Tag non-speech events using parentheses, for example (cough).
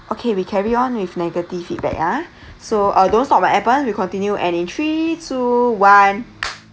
okay we carry on with negative feedback ah (breath) so uh don't stop on appen we continue and in three two one